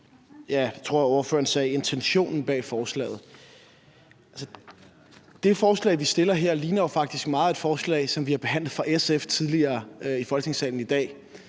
fald til, jeg tror, ordføreren sagde intentionen bag forslaget. Det forslag, vi fremsætter her, ligner jo faktisk meget et forslag fra SF, som vi har behandlet i Folketingssalen